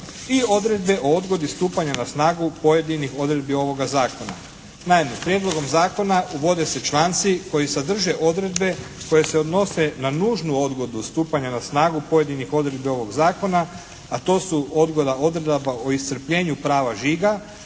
i odredbe o odgodi stupanja na snagu pojedinih odredbi ovoga zakona. Naime Prijedlogom zakona uvode se članci koji sadrže odredbe koje se odnose na nužnu odgodu stupanja na snagu pojedinih odredbi ovog zakona a to su odgoda odredaba o iscrpljenju prava žiga